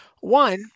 one